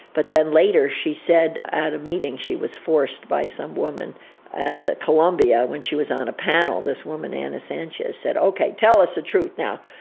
but then later she said at a meeting she was forced by some woman at columbia when she was on a panel, this woman ana sanchez said, okay, tell us the truth now,